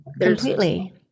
completely